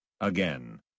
Again